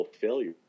failure